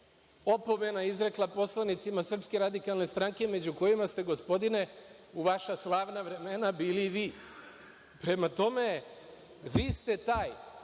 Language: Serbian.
opomena izrekla poslanicima SRS, među kojima ste gospodine, u vaša slavna vremena, bili i vi. Prema tome, vi ste taj